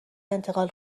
انتقال